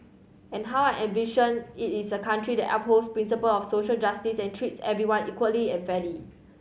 and how I envision it is a country that upholds principle of social justice and treats everyone equally and fairly